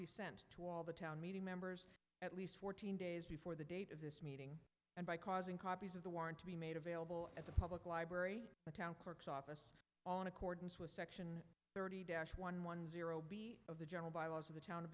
be sent to all the town meeting members at least fourteen days before the date of this meeting and by causing copies of the warrant to be made available at the public library the town cork's office all in accordance with the thirty dash one one zero b of the general bylaws of the town